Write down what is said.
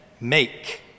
make